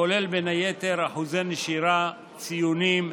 הכולל בין היתר אחוזי נשירה, ציונים,